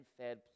fed